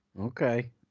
Okay